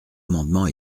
amendement